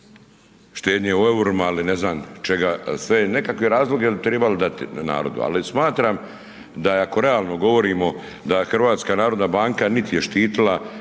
štednje u eurima ili ne znam čega sve. Nekakve razloge bi trebali dati narodu. Ali smatram da ako realno govorimo da HNB niti je štitila,